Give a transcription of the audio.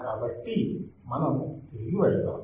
కాబట్టి మనం తిరిగి వెళ్దాం